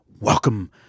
welcome